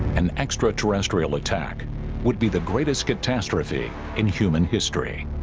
an extraterrestrial attack would be the greatest catastrophe in human history